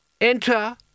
Enter